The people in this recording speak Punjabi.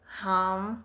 ਹਾਮ